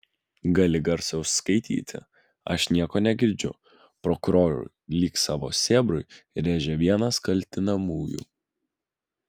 gali garsiau skaityti aš nieko negirdžiu prokurorui lyg savo sėbrui rėžė vienas kaltinamųjų